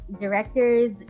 directors